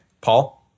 Paul